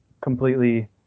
completely